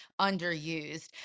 underused